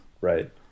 right